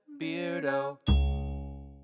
Beardo